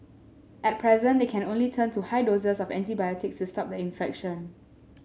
at present they can turn only to high doses of antibiotics to stop the infection